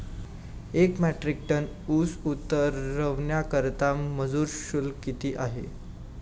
एक metric tonne ऊस उतरवण्याकरता मजूर शुल्क किती आहे?